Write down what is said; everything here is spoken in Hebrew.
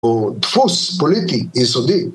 או ‫דפוס פוליטי, יסודי.